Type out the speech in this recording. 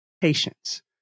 patience